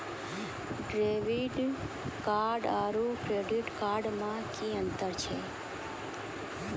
Debit card आरू credit card मे कि अन्तर छैक?